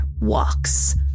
walks